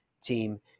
Team